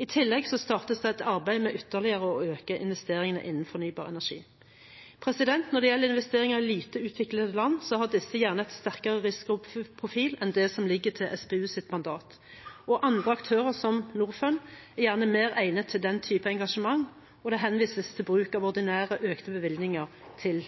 I tillegg startes det et arbeid med ytterligere å øke investeringene innen fornybar energi. Når det gjelder investeringer i lite utviklede land, har disse gjerne en sterkere risikoprofil enn det som ligger til SPUs mandat. Andre aktører, som Norfund, er gjerne mer egnet til den type engasjement, og det henvises til bruk av ordinære, økte bevilgninger til